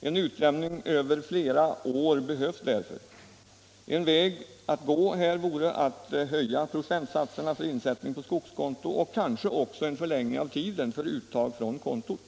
En utjämning av inkomsterna över flera år är därför nödvändig. En väg att gå vore att höja procentsatserna för insättning på skogskonto och kanske också att förlänga tiden för uttag från kontot.